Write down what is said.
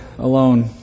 alone